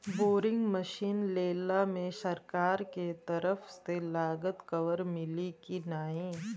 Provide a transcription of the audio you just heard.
Boring machine लेला मे सरकार के तरफ से लागत कवर मिली की नाही?